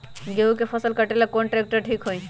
गेहूं के फसल कटेला कौन ट्रैक्टर ठीक होई?